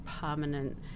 permanent